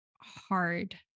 hard